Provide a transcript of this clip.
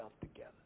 together